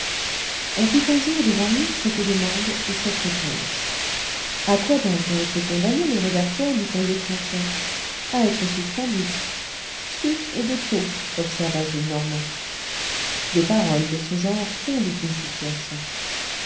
on fit un jour devant lui cette demande et cette réponse à quoi donc a été condamné le rédacteur du courrier français à être suspendu sus est de trop observa gillenormand des paroles de ce genre fondent une situation